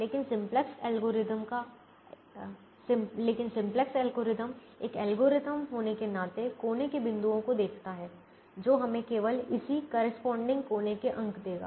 लेकिन simplex algorithm एक algorithm होने के नाते कोने के बिंदुओं को देखता है जो हमें केवल इसी करेस्पॉडिंग कोने के अंक देगा